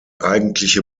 eigentliche